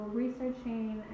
researching